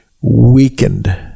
weakened